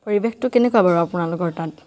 পৰিৱেশটো কেনেকুৱা বাৰু আপোনালোকৰ তাত